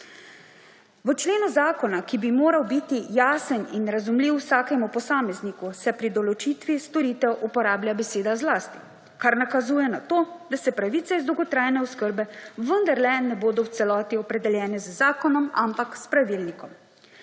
V členu zakona, ki bi moral biti jasen in razumljiv vsakemu posamezniku, se pri določitvi storitev uporablja beseda »zlasti«, kar nakazuje na to, da se pravice iz dolgotrajne oskrbe vendarle ne bodo v celoti opredeljene z zakonom, ampak s pravilnikom.